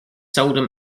seldom